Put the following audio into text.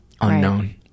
unknown